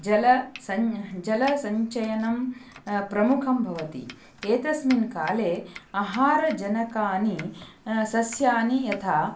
जल सं जलसञ्चयनं प्रमुखं भवति एतस्मिन् काले आहारजनकानि सस्यानि यथा